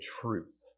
truth